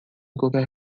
qualquer